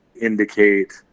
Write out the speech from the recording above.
indicate